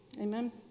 Amen